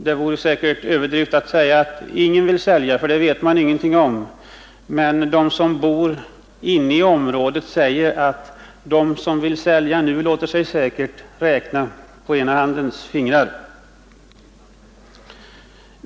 Det vore säkert en överdrift att säga att ingen nu vill sälja — det vet man ingenting om — men de som bor i området anser att de markägare som nu vill göra det troligen kan räknas på ena handens fingrar.